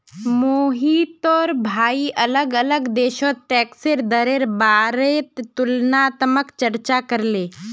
मोहिटर भाई अलग अलग देशोत टैक्सेर दरेर बारेत तुलनात्मक चर्चा करले